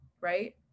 right